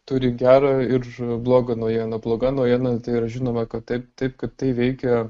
turi gerą ir blogą naujieną bloga naujiena yra žinoma kad taip taip kaip tai veikia